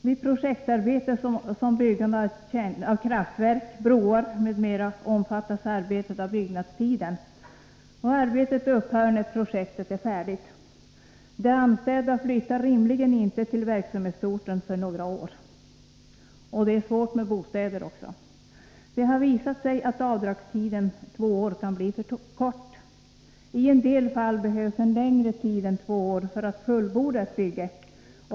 Vid projektarbete, såsom byggande av kraftverk, broar m.m., pågår arbetet under byggnadstiden och upphör när projektet är färdigt. De anställda flyttar rimligen inte till verksamhetsorten för förarbete under bara några år. Det är också svårt att finna en bostad. Det har visat sig att avdragstiden två år kan bli för kort. I en del fall behövs en längre tid än två år för att fullborda ett bygge.